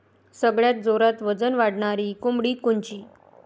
सगळ्यात जोरात वजन वाढणारी कोंबडी कोनची?